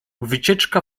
wycieczka